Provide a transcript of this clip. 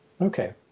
Okay